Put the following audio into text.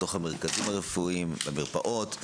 בתוך המרכזים הרפואיים, מרפאות.